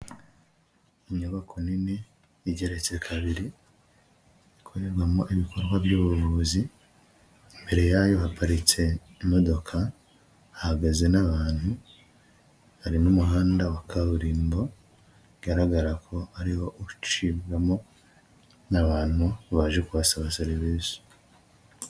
Inyubako nini igeretse kabiri, ikorerwamo ibikorwa by'ubuvuzi, imbere yayo haparitse imodoka hagaze n'abantu, hari n'umuhanda wa kaburimbo, bigaragara ko ari wo ucibwamo n'abantu baje kubasaba serivisi.